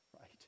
right